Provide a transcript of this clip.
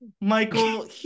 Michael